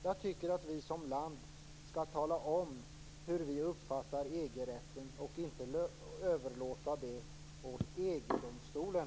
Jag tycker att vi som land skall tala om hur vi uppfattar EG-rätten och inte överlåta det åt EG-domstolen.